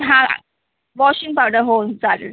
हां washing powder हो चालेल